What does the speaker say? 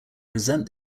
resent